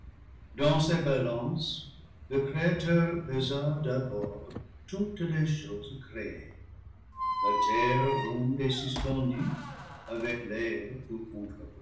ses balances le créateur pesa d'abord toutes les choses créées la terre ronde et suspendue avec l'air